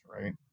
right